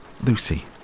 Lucy